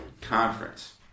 conference